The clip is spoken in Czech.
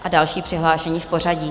A další přihlášení v pořadí.